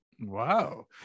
Wow